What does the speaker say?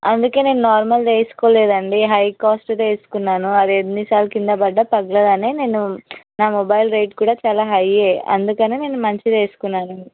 అందుకనే నార్మల్ది వేసుకోలేదు అండి హై కాస్ట్దే వేసుకున్నాను అది ఎన్నిసార్లు క్రింద పడ్డా పగలదు అనే నేను నా మొబైల్ రేట్ కూడా చాలా హైయే అందుకనే నేను మంచిది వేసుకున్నాను